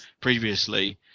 previously